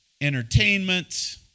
entertainment